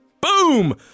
boom